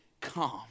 calm